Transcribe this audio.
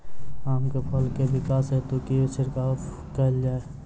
आम केँ फल केँ विकास हेतु की छिड़काव कैल जाए?